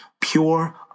Pure